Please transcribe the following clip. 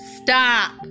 Stop